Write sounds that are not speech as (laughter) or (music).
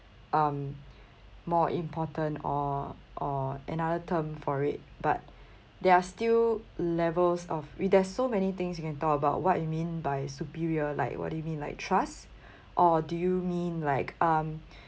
um more important or or another term for it but (breath) there are still levels of there's so many things you can talk about what you mean by superior like what do you mean like trust (breath) or do you mean like um